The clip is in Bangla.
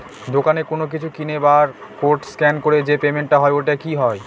দোকানে কোনো কিছু কিনে বার কোড স্ক্যান করে যে পেমেন্ট টা হয় ওইটাও কি হয়?